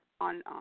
on